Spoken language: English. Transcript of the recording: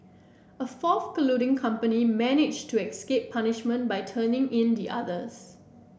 a fourth colluding company managed to escape punishment by turning in the others